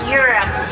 europe